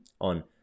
on